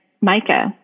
Micah